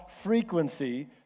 Frequency